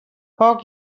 poc